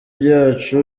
byacu